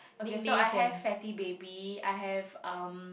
okay so I have Fatty Baby I have um